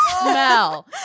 smell